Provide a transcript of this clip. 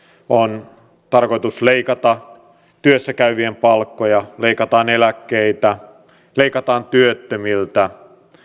on tarkoitus leikata työssä käyvien palkkoja leikata eläkkeitä leikata työttömiltä